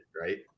right